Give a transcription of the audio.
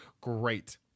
Great